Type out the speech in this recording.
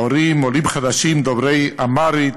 ההורים, עולים חדשים דוברי אמהרית,